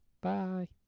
Bye